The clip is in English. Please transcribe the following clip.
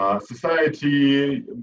society